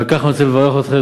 ועל כך אני רוצה לברך אתכם,